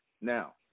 Now